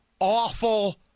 awful